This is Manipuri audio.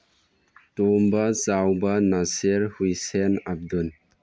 ꯇꯣꯝꯕ ꯆꯥꯎꯕ ꯅꯁꯤꯔ ꯍꯨꯏꯁꯦꯟ ꯑꯕꯗꯨꯜ